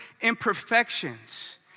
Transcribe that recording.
imperfections